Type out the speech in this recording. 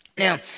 Now